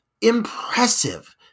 impressive